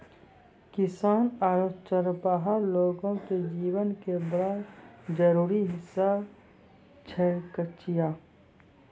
किसान आरो चरवाहा लोगो के जीवन के बड़ा जरूरी हिस्सा होय छै कचिया